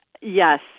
Yes